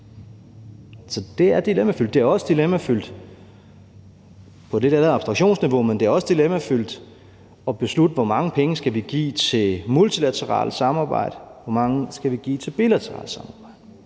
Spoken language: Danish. Så det er dilemmafyldt. Det er også – på et lidt andet abstraktionsniveau – dilemmafyldt at beslutte, hvor mange penge vi skal give til multilateralt samarbejde, og hvor mange vi skal give til bilateralt samarbejde.